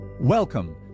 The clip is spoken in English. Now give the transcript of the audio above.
Welcome